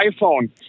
iPhone